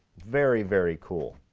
very, very cool.